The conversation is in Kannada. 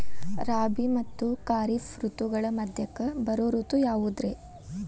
ರಾಬಿ ಮತ್ತ ಖಾರಿಫ್ ಋತುಗಳ ಮಧ್ಯಕ್ಕ ಬರೋ ಋತು ಯಾವುದ್ರೇ?